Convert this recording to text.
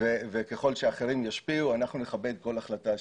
וככל שאחרים ישפיעו אנחנו נכבד כל החלטה שתהיה.